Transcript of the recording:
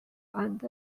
and